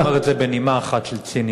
ואני לא אומר את זה בנימה אחת של ציניות,